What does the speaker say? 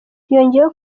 yongeyeho